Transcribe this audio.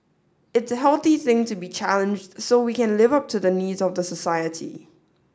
it's a healthy thing to be challenged so we can live up to the needs of the society